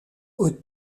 aux